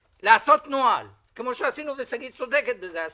לעשות נוהל ושגית צודקת בזה כמו שעשינו,